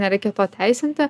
nereikia to teisinti